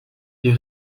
les